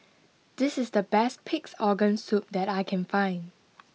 this is the best Pig'S Organ Soup that I can find